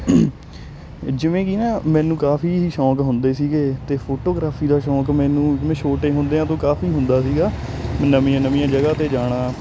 ਜਿਵੇਂ ਕਿ ਨਾ ਮੈਨੂੰ ਕਾਫ਼ੀ ਸ਼ੌਂਕ ਹੁੰਦੇ ਸੀਗੇ ਅਤੇ ਫੋਟੋਗ੍ਰਾਫੀ ਦਾ ਸ਼ੌਂਕ ਮੈਨੂੰ ਜਿਵੇਂ ਛੋਟੇ ਹੁੰਦਿਆਂ ਤੋਂ ਕਾਫ਼ੀ ਹੁੰਦਾ ਸੀਗਾ ਨਵੀਆਂ ਨਵੀਆਂ ਜਗ੍ਹਾ 'ਤੇ ਜਾਣਾ